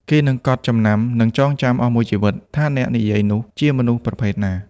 គេនឹងកត់ចំណាំ និងចងចាំអស់មួយជីវិតថាអ្នកនិយាយនោះជាមនុស្សប្រភេទណា។